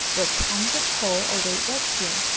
where tons of coal await rescue.